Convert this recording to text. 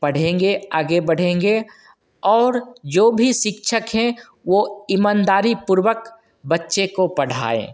पढ़ेंगे आगे बढ़ेंगे और जो भी शिक्षक हैं वो ईमानदारीपूर्वक बच्चे को पढाएँ